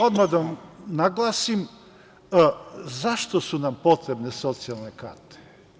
Odmah da vam naglasim zašto su nam potrebne socijalne karte.